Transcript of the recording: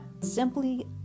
simply